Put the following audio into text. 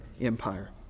empire